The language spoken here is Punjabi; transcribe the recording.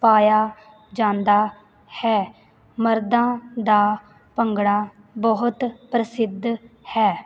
ਪਾਇਆ ਜਾਂਦਾ ਹੈ ਮਰਦਾਂ ਦਾ ਭੰਗੜਾ ਬਹੁਤ ਪ੍ਰਸਿੱਧ ਹੈ